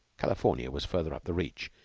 california was further up the reach,